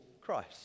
Christ